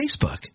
Facebook